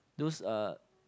those uh